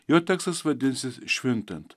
jo tekstas vadinsis švintant